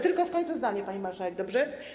Tylko skończę zdanie, pani marszałek, dobrze?